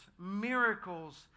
miracles